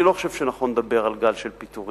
אני לא חושב שנכון לדבר על גל של פיטורים.